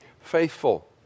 faithful